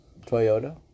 Toyota